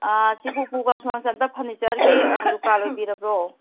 ꯑꯥ ꯁꯤꯕꯨ ꯎꯄꯨ ꯀꯥꯡꯊꯣꯟ ꯆꯟꯕ ꯐꯔꯅꯤꯆꯔꯒꯤ ꯗꯨꯀꯥꯟ ꯑꯣꯏꯕꯤꯔꯕ꯭ꯔꯣ